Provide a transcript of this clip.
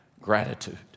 gratitude